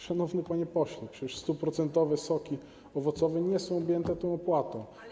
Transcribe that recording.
Szanowny panie pośle, przecież 100-procentowe soki owocowe nie są objęte tą opłatą.